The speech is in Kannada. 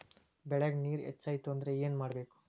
ಬೆಳೇಗ್ ನೇರ ಹೆಚ್ಚಾಯ್ತು ಅಂದ್ರೆ ಏನು ಮಾಡಬೇಕು?